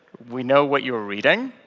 we know what you are reading.